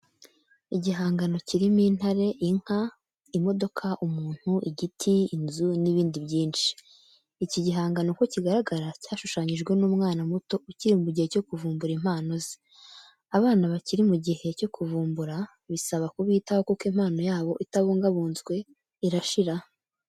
Igihangano kirimo intare, inka, imodoka, umuntu, igiti, inzu n'ibindi byinshi. Iki gihangano uko kigaragara cyashushanyijwe n'umwana muto ukiri mu gihe cyo kuvumbura impano ze. Abana iyo bakiri mu gihe cyo kuvumbura bisaba kubitaho kuko impano yabo itabungabunzwe irashira.